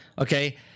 okay